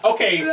Okay